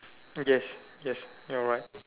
yes yes you're right